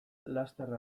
laster